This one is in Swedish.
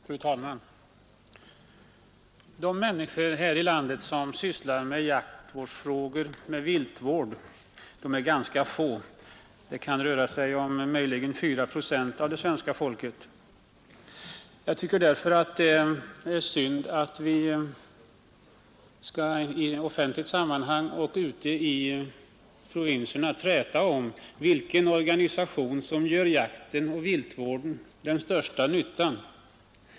Fru talman! De människor här i landet som sysslar med jaktfrågor och viltvård är ganska få; det kan möjligen röra sig om 4 procent av svenska folket. Jag tycker därför det är synd att vi skall såväl i offentligt sammanhang som ute i provinserna träta om vilken organisation som är till största nytta för jakten och viltvården.